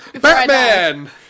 Batman